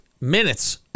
minutes